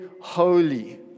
Holy